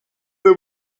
they